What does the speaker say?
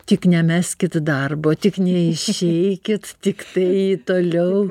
tik nemeskit darbo tik neišeikit tiktai toliau